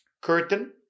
curtain